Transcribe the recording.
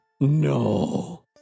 No